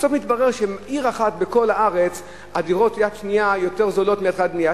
בסוף מתברר שבעיר אחת בכל הארץ דירות יד שנייה יותר זולות מהתחלת בנייה,